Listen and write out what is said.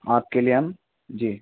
آپ کے لیے ہم جی